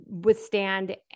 withstand